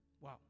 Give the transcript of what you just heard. Wow